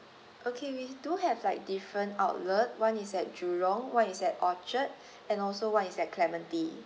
okay we do have like different outlet one is at Jurong [one] is at orchard and also one is at Clementi